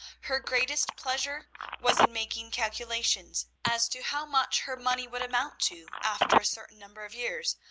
her greatest pleasure was in making calculations, as to how much her money would amount to after a certain number of years,